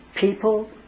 people